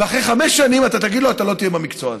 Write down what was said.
ואחרי חמש שנים אתה תגיד לו: אתה לא תהיה במקצוע הזה.